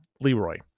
Leroy